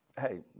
hey